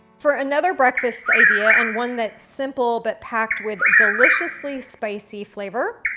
for another breakfast idea and one that's simple but packed with deliciously spicy flavor,